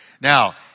Now